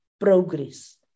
progress